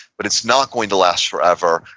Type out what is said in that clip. but it's not going to last forever.